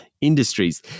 industries